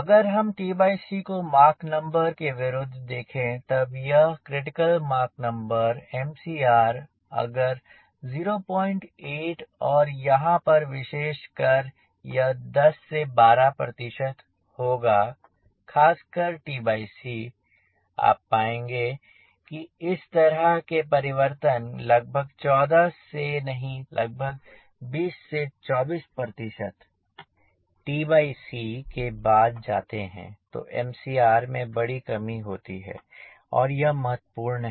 अगर हमको mock number के विरुद्ध देखें तब यह है क्रिटिकल मॉक नंबर Mcr अगर 08 और यहाँ पर विशेष कर यह 10 से 12 होगा खासकर आप पाएंगे कि इस तरह के परिवर्तन लगभग 14 से नहीं लगभग 20 से 24 के बाद जाते हैं तोMcrमें बड़ी कमी होती है और यह महत्वपूर्ण है